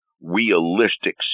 realistic